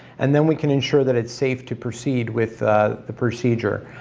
and then we can ensure that it's safe to proceed with the procedure.